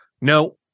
No